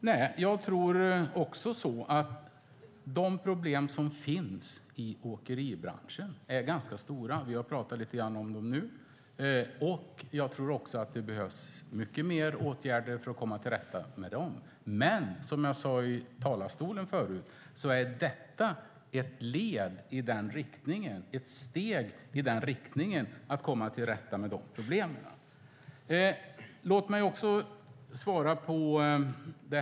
Herr talman! Även jag tror att de problem som finns i åkeribranschen är ganska stora - lite grann har vi här talat om dem. Jag tror också att det behövs långt fler åtgärder för att komma till rätta med problemen. Men som jag förut sagt här i talarstolen är det vi talar om ett steg i riktning mot att komma till rätta med problemen.